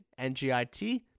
NGIT